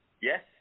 Yes